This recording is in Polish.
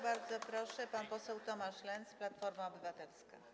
Bardzo proszę, pan poseł Tomasz Lenz, Platforma Obywatelska.